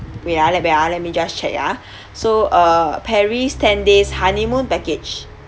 wait ah let me ah let me just check ah so uh paris ten days honeymoon package